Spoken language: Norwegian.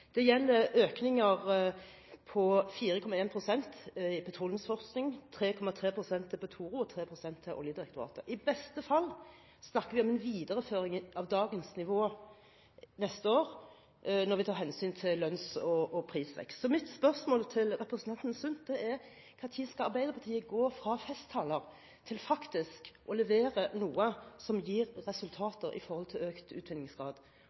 Det gjelder økninger på 4,1 pst. i petroleumsforskning, 3,3 pst. til Petoro og 3 pst. til Oljedirektoratet. I beste fall snakker vi – når vi tar hensyn til lønns- og prisvekst – om en videreføring av dagens nivå neste år. Så mitt spørsmål til representanten Sund er: Når skal Arbeiderpartiet gå fra festtaler til faktisk å levere noe som gir resultater når det gjelder økt utvinningsgrad?